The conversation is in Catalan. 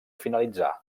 finalitzà